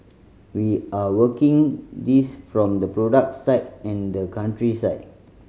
we are working this from the product side and the country side